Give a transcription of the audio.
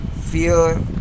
fear